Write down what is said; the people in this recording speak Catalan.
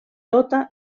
tota